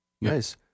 Nice